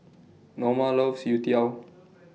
Norma loves Youtiao